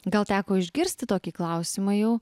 gal teko išgirsti tokį klausimą jau